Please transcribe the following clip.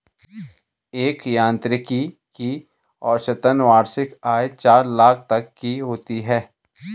एक यांत्रिकी की औसतन वार्षिक आय चार लाख तक की होती है